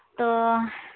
ᱛᱚ